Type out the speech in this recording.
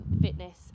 fitness